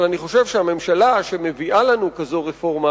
אבל אני חושב שהממשלה שמביאה לנו כזאת רפורמה,